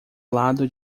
lado